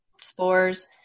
spores